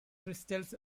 crystals